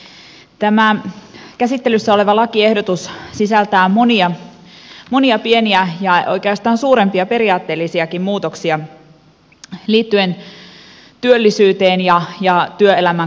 tämä käsittelyssä oleva lakiehdotus sisältää monia pieniä ja oikeastaan suurempia periaatteellisiakin muutoksia liittyen työllisyyteen ja työelämän kannustavuuteen